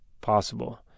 possible